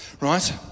right